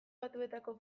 batuetako